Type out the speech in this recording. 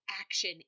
action